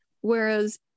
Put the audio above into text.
Whereas